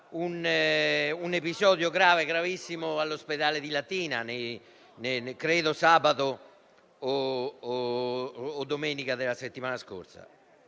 un episodio gravissimo accaduto all'ospedale di Latina, sabato o domenica della settimana scorsa.